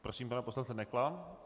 Prosím pana poslance Nekla.